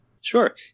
Sure